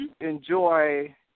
enjoy